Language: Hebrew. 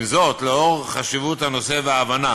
עם זאת, לאור חשיבות הנושא וההבנה